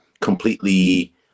completely